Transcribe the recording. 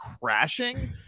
crashing